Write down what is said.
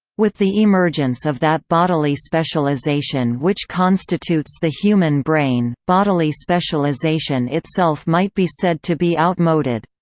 with the emergence of that bodily specialization which constitutes the human brain, bodily specialization itself might be said to be outmoded.